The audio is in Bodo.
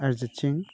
आरिजित सिंह